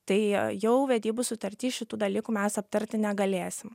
tai jau vedybų sutarty šitų dalykų mes aptarti negalėsim